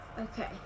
Okay